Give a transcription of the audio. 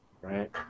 right